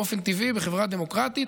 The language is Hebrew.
באופן טבעי בחברה דמוקרטית,